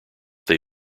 they